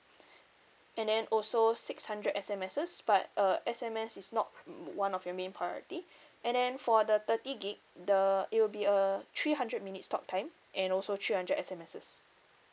and then also six hundred S_M_Ss but uh S_M_S is not one of your main priority and then for the thirty gig the it will be a three hundred minutes talk time and also three hundred S_M_Ss